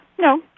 No